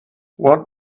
what